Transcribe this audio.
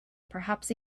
perhaps